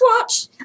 watch